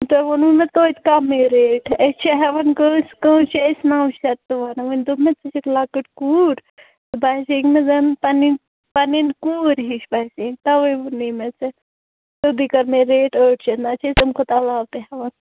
تۄہہِ ووٚنوٕ مےٚ توتہِ کَمٕے ریٹ أسۍ چھِ ہٮ۪وان کٲنٛسہِ کٲنٛسہِ چھِ أسۍ نَو شَتھ تہِ وَنان وۅنۍ دوٚپ مےٚ ژٕ چھَکھ لۅکٕٹ کوٗر ژٕ باسے یَکھ مےٚ زَن پَنٕنۍ پَنٕنۍ کوٗر ہِش باسے یَکھ تَوَے ووٚنُے مےٚ ژےٚ سیوٚدُے کٔرمَے ریٹ ٲٹھ شَتھ نَتہٕ چھِ أسۍ اَمہِ کھۄتہٕ علاوٕ تہِ ہٮ۪وان